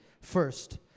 First